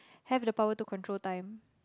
have the power to control time